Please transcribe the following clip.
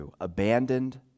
abandoned